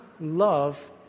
love